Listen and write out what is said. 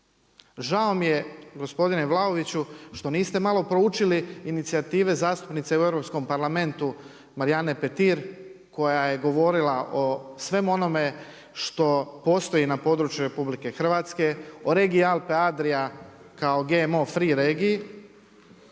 Žao mi je gospodine Vlaoviću što niste malo proučili inicijative zastupnice u Europskom parlamentu Marijane Petir koja je govorila o svemu onome što postoji na području Republike Hrvatske, o regiji Alpe Adria kao GMO free regiji.